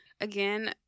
again